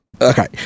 Okay